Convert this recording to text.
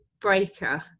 breaker